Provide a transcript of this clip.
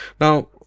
Now